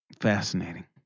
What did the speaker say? Fascinating